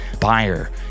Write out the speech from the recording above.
buyer